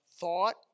thought